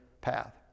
path